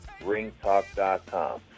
ringtalk.com